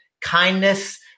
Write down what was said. kindness